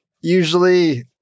usually